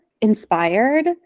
inspired